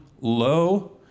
low